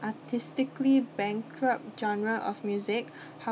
artistically bankrupt genre of music how~